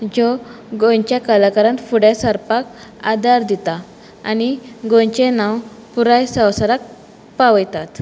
ज्यो गोंयच्या कलाकारांक फुडें सरपाक आदार दिता आनी गोंयचें नांव पुराय संवसाराक पावयतात